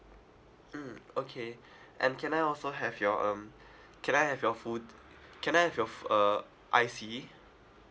mm okay and can I also have your um can I have your full can I have your f~ uh I_C